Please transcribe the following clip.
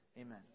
Amen